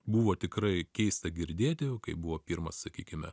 buvo tikrai keista girdėti kai buvo pirmas sakykime